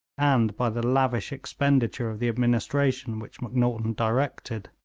and by the lavish expenditure of the administration which macnaghten directed.